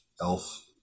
elf